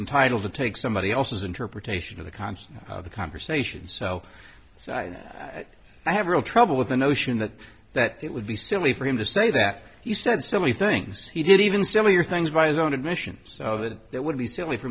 entitled to take somebody else's interpretation of the cons of the conversation so i have real trouble with the notion that that it would be silly for him to say that you said so many things he did even some of your things by his own admission so that that would be silly for